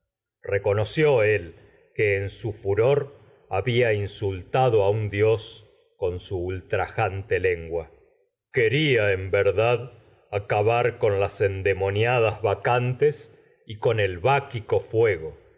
reconoció a él que en furor había insultado un dios con su ultrajante lengua quería cantes en verdad acabar con y las endemoniadas a ba y con el báquico las fuego